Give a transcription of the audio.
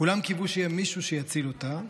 כולם קיוו שיהיה מישהו שיציל אותה.